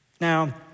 Now